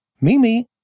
Mimi